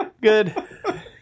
Good